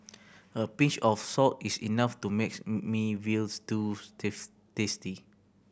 a pinch of salt is enough to make me veal stew tasty